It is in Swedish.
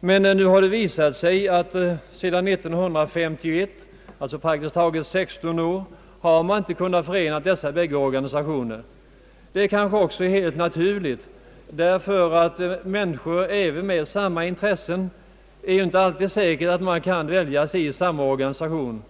Men nu har det visat sig att man sedan 1951, alltså under praktiskt taget 16 år, inte har kunnat förena dessa båda organisationer. Det kanske också är helt naturligt, ty även människor med samma intressen kan inte alltid dväljas i samma organisation.